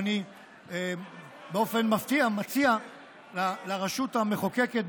ובאופן מפתיע אני מציע לרשות המחוקקת,